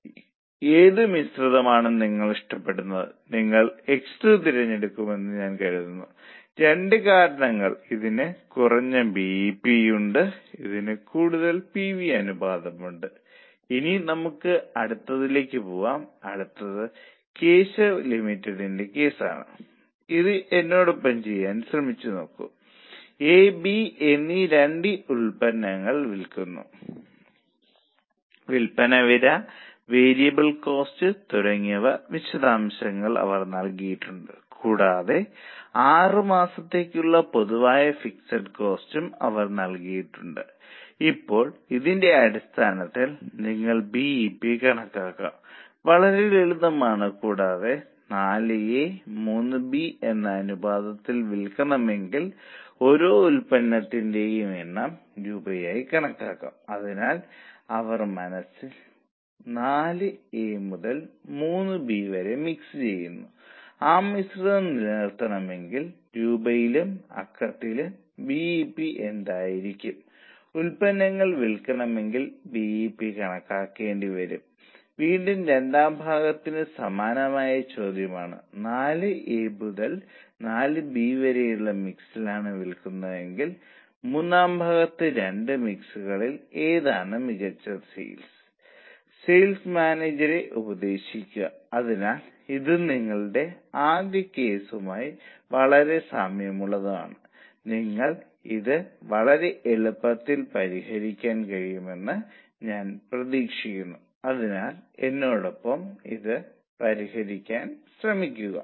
അധിക ഉൽപ്പാദനം കൈവരിക്കുന്നതിന് ഓരോ യൂണിറ്റും നിർമ്മിക്കാൻ എടുക്കുന്ന സമയം കുറയ്ക്കാൻ തൊഴിലാളികൾക്ക് കഴിയണമെന്നാണ് അവർ പറയുന്നത് അതായത് നമ്മൾ തൊഴിലാളികൾക്ക് ഒരു ശമ്പളവും ഉൽപ്പാദനക്ഷമതയും വാഗ്ദാനം ചെയ്യുന്നു കൂടാതെ അവരോട് മേലധികാരിയെ കാണാൻ പറയുന്നു നമ്മൾ നിങ്ങൾക്ക് കൂടുതൽ നിരക്ക് നൽകും നമ്മൾ നിരക്ക് 3 രൂപ 4 രൂപയായി വർദ്ധിപ്പിക്കുന്നു എന്നാൽ നിങ്ങൾ മണിക്കൂറുകളുടെ എണ്ണം 2 രൂപയിൽ നിന്നും 2 രൂപയിൽ താഴെയോ ക്ഷമിക്കണം രണ്ടു മണിക്കൂറോ അല്ലെങ്കിൽ രണ്ടു മണിക്കൂറിൽ താഴെയോ കൊണ്ടുവന്നാൽ മാത്രമേ നിങ്ങൾക്ക് മണിക്കൂറിന് 4 രൂപ ലഭിക്കു ഇതൊരിക്കലും 2 ഗുണം 4 ആകില്ല ഇത് തീർച്ചയായും 2 ൽ താഴെയായിരിക്കും